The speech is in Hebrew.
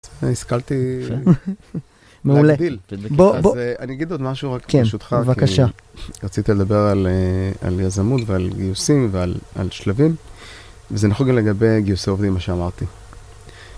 השכלתי... מעולה. אז אני אגיד עוד משהו רק פשוט לך. כן, בבקשה. רציתי לדבר על יזמות ועל גיוסים ועל שלבים, וזה נכון גם לגבי גיוסי עובדים, מה שאמרתי.